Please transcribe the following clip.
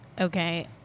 okay